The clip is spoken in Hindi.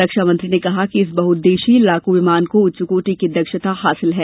रक्षामंत्री ने कहा कि इस बहउद्देशीय लड़ाकू विमान को उच्चकोटि की दक्षता हासिल है